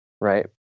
right